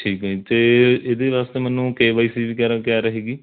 ਠੀਕ ਹੈ ਜੀ ਅਤੇ ਇਹਦੇ ਵਾਸਤੇ ਮੈਨੂੰ ਕੇ ਵਾਈ ਸੀ ਵਗੈਰਾ ਕਿਆ ਰਹੇਗੀ